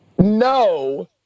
no